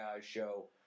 show